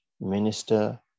minister